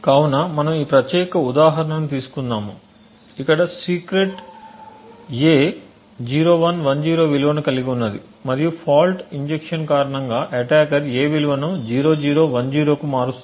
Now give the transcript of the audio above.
కాబట్టి మనము ఈ ప్రత్యేక ఉదాహరణను తీసుకున్నాము ఇక్కడ సీక్రెట్ a 0110 విలువను కలిగి ఉన్నది మరియు ఫాల్ట్ ఇంజెక్షన్కారణంగా అటాకర్ a విలువను 0010 కు మారుస్తాడు